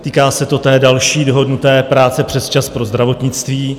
Týká se to té další dohodnuté práce přesčas pro zdravotnictví.